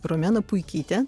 romena puikytė